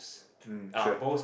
mm sure